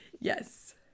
Yes